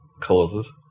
causes